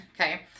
okay